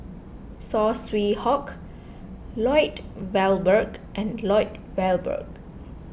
Saw Swee Hock Lloyd Valberg and Lloyd Valberg